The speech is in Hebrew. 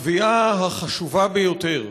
הקביעה החשובה ביותר,